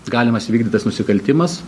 galimas įvykdytas nusikaltimas